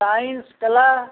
science कला